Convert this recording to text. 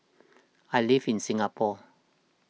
I live in Singapore